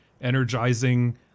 energizing